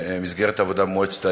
במסגרת העבודה במועצת העיר,